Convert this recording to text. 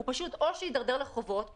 או שהוא יידרדר לחובות,